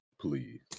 please